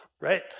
right